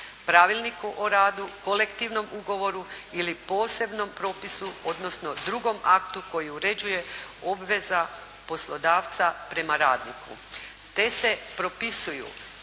pravilniku o radu, kolektivnom ugovoru ili posebnom propisu, odnosno drugom aktu koji uređuje obveze poslodavca prema radniku. Te se propisuju